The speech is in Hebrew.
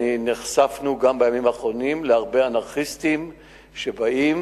נחשפנו גם בימים האחרונים להרבה אנרכיסטים שבאים,